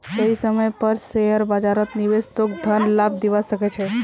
सही समय पर शेयर बाजारत निवेश तोक धन लाभ दिवा सके छे